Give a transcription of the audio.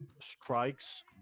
strikes